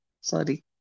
Sorry